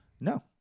No